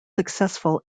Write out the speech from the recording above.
successful